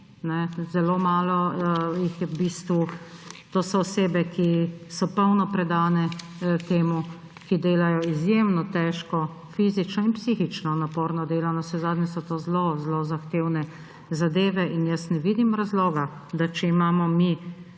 zelo malo jih je v bistvu. To so osebe, ki so polno predane temu, ki delajo izjemno težko fizično in psihično naporno delo. Navsezadnje so to zelo zelo zahtevne zadeve. In jaz ne vidim razloga, da če imamo mi